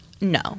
No